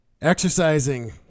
Exercising